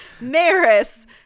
Maris